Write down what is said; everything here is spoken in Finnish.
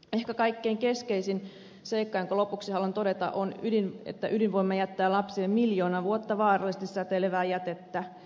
ehkä kaikkein keskeisin seikka jonka lopuksi haluan todeta on se että ydinvoima jättää lapsille miljoona vuotta vaarallisesti säteilevää jätettä